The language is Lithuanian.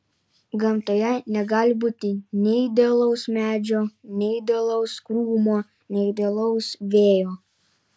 gamtoje negali būti nei idealaus medžio nei idealaus krūmo nei idealaus vėjo